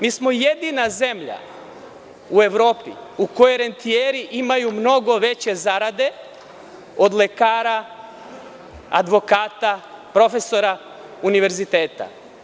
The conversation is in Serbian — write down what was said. Mi smo jedina zemlja u Evropi, u kojoj rentijeri imaju mnogo veće zarade od lekara, advokata, profesora univerziteta.